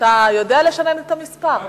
אתה יודע לשנן את המספר?